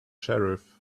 sheriff